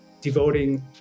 devoting